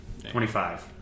25